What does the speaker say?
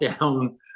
down